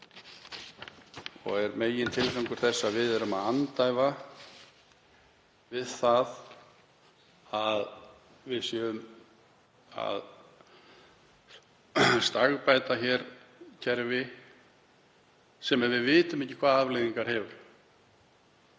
og er megintilgangur þess að við erum að andæfa því að við séum að stagbæta kerfi sem við vitum ekki hvaða afleiðingar hefur: